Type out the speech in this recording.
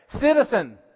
Citizen